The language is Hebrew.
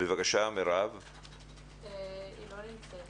לא נמצאת.